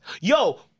Yo